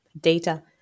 Data